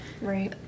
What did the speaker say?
Right